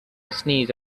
sneeze